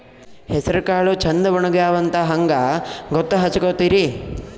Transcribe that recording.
ಹೆಸರಕಾಳು ಛಂದ ಒಣಗ್ಯಾವಂತ ಹಂಗ ಗೂತ್ತ ಹಚಗೊತಿರಿ?